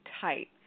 tight